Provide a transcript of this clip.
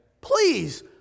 Please